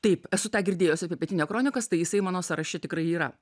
taip esu tą girdėjus apie pietinia kronikas tai jisai mano sąraše tikrai yra